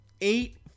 eight